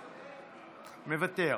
מוותר,